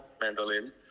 mandolin